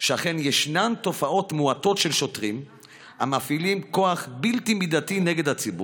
שאכן ישנן תופעות מועטות של שוטרים המפעילים כוח בלתי מידתי נגד הציבור,